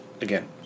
Again